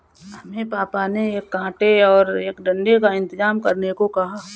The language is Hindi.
हमें पापा ने एक कांटे और एक डंडे का इंतजाम करने को कहा है